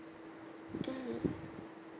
mm